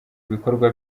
ibikorwa